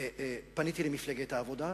פניתי למפלגת העבודה,